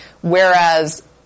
Whereas